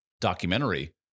documentary